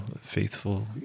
faithful